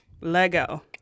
Lego